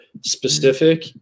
specific